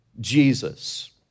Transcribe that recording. Jesus